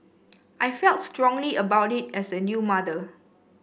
I felt strongly about it as a new mother